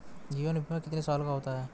जीवन बीमा कितने साल का होता है?